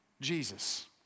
Jesus